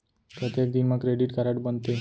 कतेक दिन मा क्रेडिट कारड बनते?